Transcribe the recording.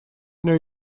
new